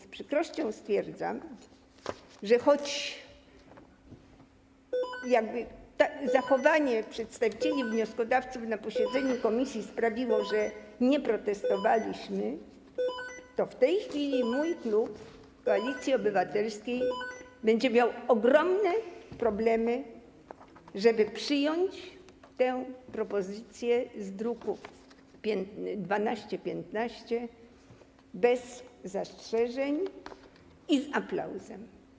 Z przykrością stwierdzam, że choć zachowanie przedstawicieli wnioskodawców na posiedzeniu komisji sprawiło, że nie protestowaliśmy, to w tej chwili mój klub, Koalicja Obywatelska, będzie miał ogromne problemy, żeby przyjąć tę propozycję z druku nr 1215 bez zastrzeżeń i z aplauzem.